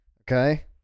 Okay